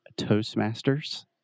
Toastmasters